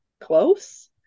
close